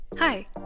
Hi